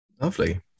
Lovely